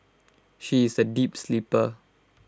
she is A deep sleeper